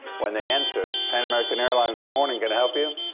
when they answered, pan american airlines. good morning, can i help you?